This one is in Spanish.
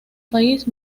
país